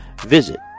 visit